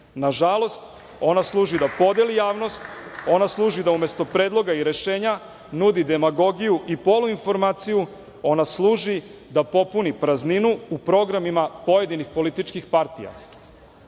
Nažalost, ona služi da podeli javnost, ona služi da umesto predloga i rešenja, nudi demagogiju i poluinformaciju, ona služi da popuni prazninu u programima pojedinih političkih partija.